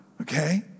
okay